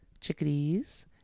chickadees